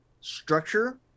structure